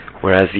whereas